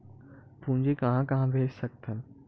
पूंजी कहां कहा भेज सकथन?